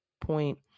point